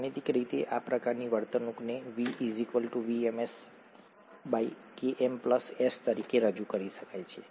ગાણિતિક રીતે આ પ્રકારની વર્તણૂકને V VmS Km S તરીકે રજૂ કરી શકાય છે